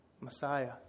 Messiah